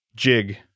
Jig